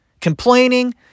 Complaining